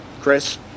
Chris